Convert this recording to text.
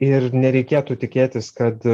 ir nereikėtų tikėtis kad